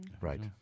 Right